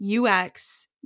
UX